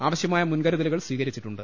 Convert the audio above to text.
ആവ ശ്യമായ മുൻകരുതലുകൾ സ്വീകരിച്ചിട്ടുണ്ട്